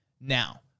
Now